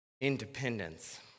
independence